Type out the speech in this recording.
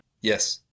Yes